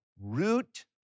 root